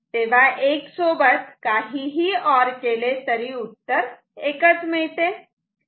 तेव्हा 1 सोबत काहीही ऑर केले तरी उत्तर 1 च मिळते